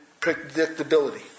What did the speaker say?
predictability